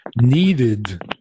needed